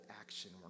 action